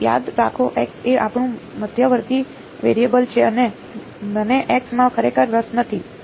પણ યાદ રાખો x એ આપણું મધ્યવર્તી વેરિયેબલ છે મને x માં ખરેખર રસ નથી